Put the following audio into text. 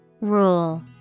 Rule